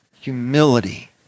humility